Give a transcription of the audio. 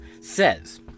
says